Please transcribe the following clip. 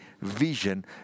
vision